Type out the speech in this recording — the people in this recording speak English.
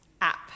app